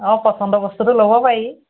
অ পচন্দৰ বস্তুটো ল'ব পাৰি